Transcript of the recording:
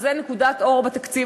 וזו נקודת אור בתקציב,